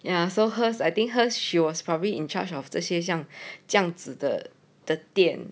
ya so hers I think hers she was probably in charge of 这些像这样子的店